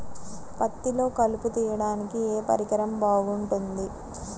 పత్తిలో కలుపు తీయడానికి ఏ పరికరం బాగుంటుంది?